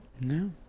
No